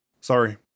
Sorry